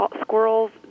squirrels